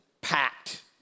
packed